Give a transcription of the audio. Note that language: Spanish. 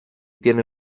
tiene